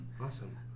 Awesome